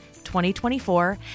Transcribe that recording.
2024